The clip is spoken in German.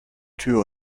tür